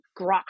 grok